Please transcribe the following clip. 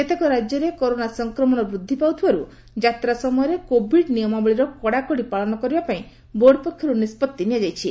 କେତେକ ରାକ୍ୟରେ କରୋନା ସଂକ୍ରମଣ ବୃଦ୍ଧି ପାଉଥିବାରୁ ଯାତ୍ରା ସମୟରେ କୋଭିଡ୍ ନିୟମାବଳୀକୁ କଡ଼ାକଡ଼ି ପାଳନ କରିବା ପାଇଁ ବୋର୍ଡ ପକ୍ଷରୁ ନିଷ୍କଭି ନିଆଯାଇଛି